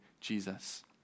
Jesus